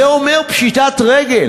זה אומר פשיטת רגל.